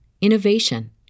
innovation